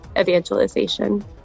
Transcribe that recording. evangelization